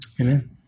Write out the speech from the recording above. Amen